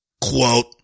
Quote